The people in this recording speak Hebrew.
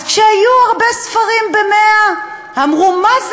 אז, כשהיו הרבה ספרים ב-100, אמרו: מה זה?